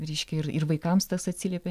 reiškia ir ir vaikams tas atsiliepia